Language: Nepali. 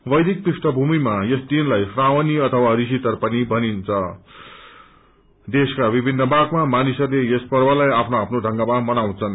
वौछिक पृष्ठभूमिका यस दिनलाई श्रावण अथवा ऋषि तर्पणीपनि भनिन्छं देशका विभिन्न भागमा मानिसहरूले यस पर्वलाइ आफ्नो आफ्नो ढ़ंगमा मनाउँदछन्